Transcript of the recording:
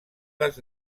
les